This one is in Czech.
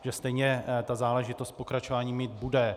Protože stejně ta záležitost pokračování mít bude.